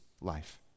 life